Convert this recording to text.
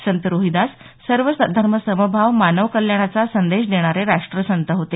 संत रोहिदास हे सर्व धर्मसमभाव मानव कल्याणाचा संदेश देणारे राष्ट्रसंत होते